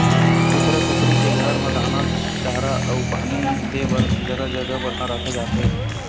कुकरा कुकरी के घर म दाना, चारा अउ पानी दे बर जघा जघा बरतन राखे जाथे